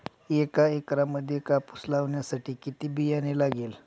एका एकरामध्ये कापूस लावण्यासाठी किती बियाणे लागेल?